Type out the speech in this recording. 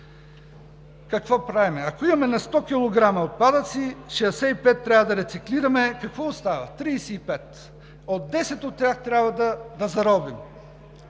Какво правим? Ако имаме 100 кг отпадъци, 65 трябва да рециклираме, какво остава – 35. Десет от тях трябва да заровим.